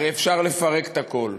הרי אפשר לפרק את הכול: